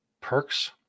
perks